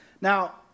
Now